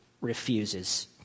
refuses